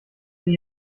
denn